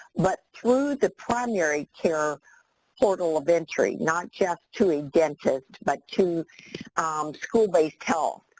but through the primary care portal of entry, not just to a dentist, but to school-based health.